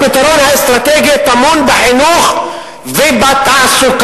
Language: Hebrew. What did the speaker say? הפתרון האסטרטגי טמון בחינוך ובתעסוקה.